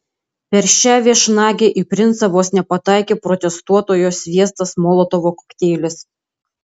per šią viešnagę į princą vos nepataikė protestuotojo sviestas molotovo kokteilis